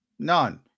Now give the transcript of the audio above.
None